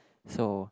so